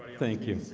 thank you